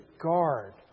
guard